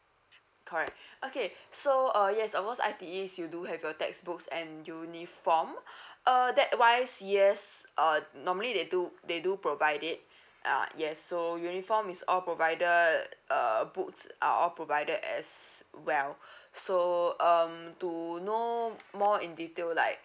correct okay so uh yes of course I_T_E you do have your textbooks and uniform uh that wise yes uh normally they do they do provide it uh yes so uniform is all provided uh books are all provided as well so um to know more in detail like